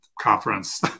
conference